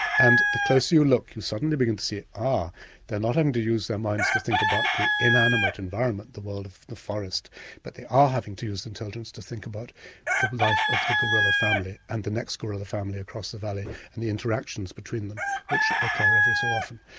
and the closer you look you suddenly begin to see, ah, they're not having to use their minds to think about the inanimate environment-the world of the forest-but but they are having to use intelligence to think about the life of the gorilla family and the next gorilla family across the valley and the interactions between them which occur every so often.